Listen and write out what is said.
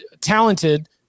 talented